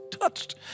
touched